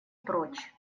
прочь